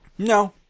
No